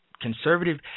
Conservative